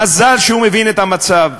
מזל שהוא מבין את המצב.